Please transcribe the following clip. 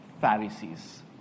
Pharisees